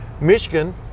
Michigan